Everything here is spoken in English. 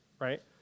right